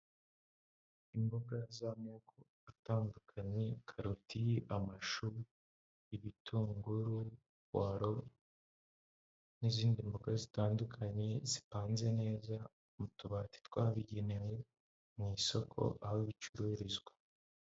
Imboga z'amoko atandukanye karoti, amashu, ibitunguru, puwaro n'izindi mboga zitandukanye, zipanze neza mu tubati twabigenewe mu isoko aho bicururizwa.